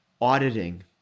auditing